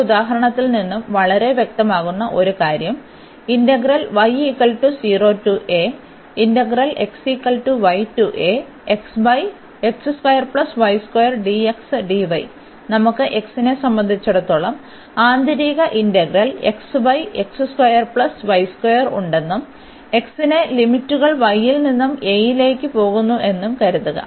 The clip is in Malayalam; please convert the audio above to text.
ഈ ഉദാഹരണത്തിൽ നിന്ന് വളരെ വ്യക്തമാകുന്ന ഒരു കാരണം നമുക്ക് x നെ സംബന്ധിച്ചിടത്തോളം ആന്തരിക ഇന്റഗ്രൽ ഉണ്ടെന്നും x ന്റെ ലിമിറ്റുകൾ y ൽ നിന്ന് a ലേക്ക് പോകുന്നുവെന്നും കരുതുക